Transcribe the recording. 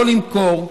לא למכור?